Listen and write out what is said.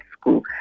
school